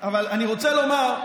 אני רוצה לומר,